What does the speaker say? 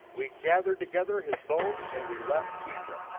we gathered together his bones, and we left egypt.